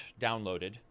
downloaded